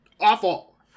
awful